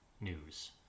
news